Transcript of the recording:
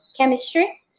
chemistry